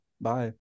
Bye